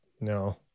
No